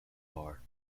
bar